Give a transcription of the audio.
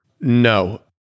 No